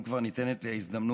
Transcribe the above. אם כבר ניתנת לי ההזדמנות,